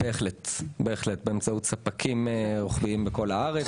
בהחלט, באמצעות ספקים רוחביים בכל הארץ.